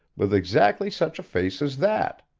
with exactly such a face as that